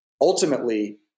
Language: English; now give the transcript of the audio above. Ultimately